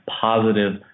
positive